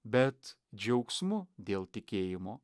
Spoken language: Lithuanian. bet džiaugsmu dėl tikėjimo